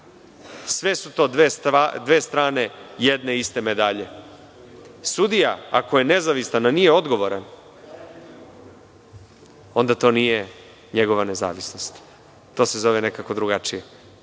Sve su to dve strane jedne iste medalje. Sudija ako je nezavistan a nije odgovoran, onda to nije njegova nezavisnost. To se zove nekako drugačije.